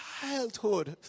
childhood